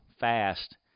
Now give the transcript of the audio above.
fast